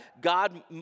God